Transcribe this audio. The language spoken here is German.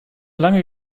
lange